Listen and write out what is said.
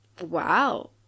Wow